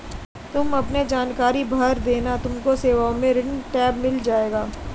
तुम अपने जानकारी भर देना तुमको सेवाओं में ऋण टैब मिल जाएगा